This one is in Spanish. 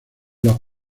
los